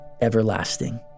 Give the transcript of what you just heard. everlasting